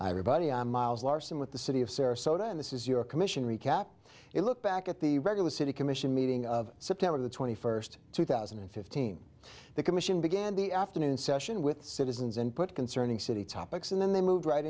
revile miles larsen with the city of sarasota and this is your commission recap you look back at the regular city commission meeting of september the twenty first two thousand and fifteen the commission began the afternoon session with citizens input concerning city topics and then they moved right